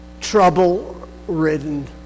trouble-ridden